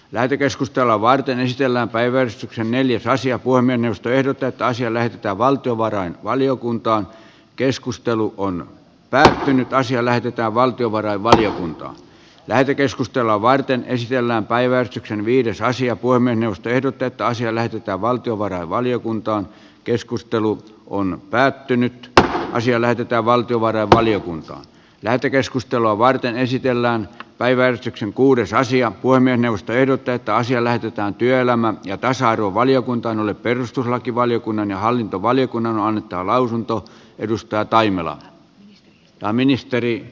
lähetekeskustelua varten ei siellä päivän neliosaisia voi menestyä ehdotetaan sille että valtio varain valiokunta keskustelu on päättynyt ja siellä pitää valtiovarainvaliokuntaan käyty keskustelua varten ei siellä päivän syksyn viides asia voi mennä ehdotetaan siellä pitää valtiovarainvaliokunta keskustelu on päätynyt tahan siellä pitää valtiovarainvaliokunta lähetekeskustelua varten esitellään päiväystyksen kuudes aistia poimia puhemiesneuvosto ehdottaa että asia lähetetään työelämä ja tasa arvovaliokuntaan jolle perustuslakivaliokunnan ja hallintovaliokunnan on annettava lausunto